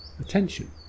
attention